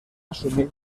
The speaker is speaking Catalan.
assumir